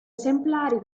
esemplari